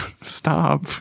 Stop